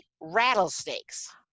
rattlesnakes